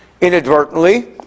inadvertently